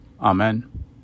Amen